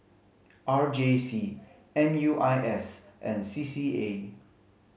R J C M U I S and C C A